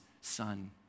son